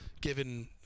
given